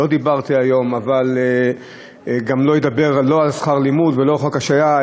ולא דיברתי היום וגם לא אדבר לא על שכר לימוד ולא על חוק ההשעיה,